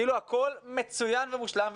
כאילו הכל מצוין ומושלם,